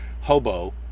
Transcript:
hobo